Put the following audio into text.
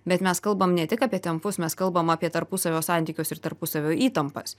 bet mes kalbam ne tik apie tempus mes kalbam apie tarpusavio santykius ir tarpusavio įtampas